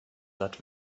satt